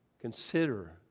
Consider